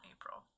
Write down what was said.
April